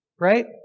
Right